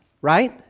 right